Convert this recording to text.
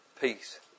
Peace